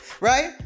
right